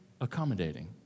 accommodating